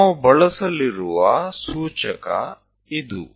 આ પ્રથા છે જેનો આપણે ઉપયોગ કરીશું